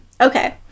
Okay